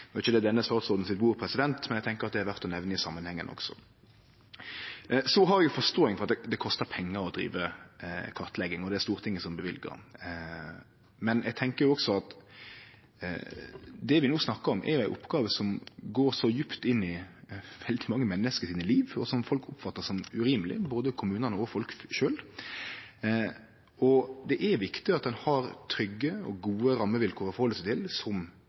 ikkje det denne statsrådens bord, men eg tenkjer det er verdt å nemne i samanhengen også. Eg har forståing for at det kostar pengar å drive kartlegging, og det er Stortinget som løyver. Men eg tenkjer også at det vi no snakkar om, er ei oppgåve som går så djupt inn i veldig mange menneske sine liv, og som folk oppfattar som urimeleg, både kommunane og folk sjølve. Og det er viktig at ein har trygge og gode rammevilkår å halde seg til som